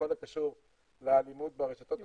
בכל הקשור לאלימות ברשתות החברתיות,